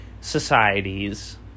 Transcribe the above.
societies